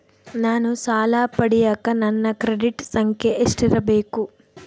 ನಾನು ಸಾಲ ಪಡಿಯಕ ನನ್ನ ಕ್ರೆಡಿಟ್ ಸಂಖ್ಯೆ ಎಷ್ಟಿರಬೇಕು?